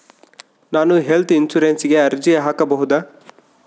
ನಾನು ಹೆಲ್ತ್ ಇನ್ಶೂರೆನ್ಸಿಗೆ ಅರ್ಜಿ ಹಾಕಬಹುದಾ?